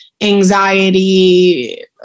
anxiety